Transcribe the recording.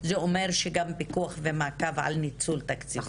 זה אומר שגם פיקוח ומעקב על ניצול תקציבי.